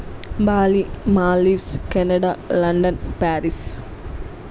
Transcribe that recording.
Bali Maldives Canada London Paris